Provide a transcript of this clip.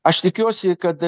aš tikiuosi kad